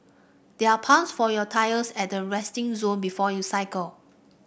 there are pumps for your tyres at the resting zone before you cycle